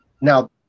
Now